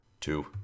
Two